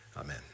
Amen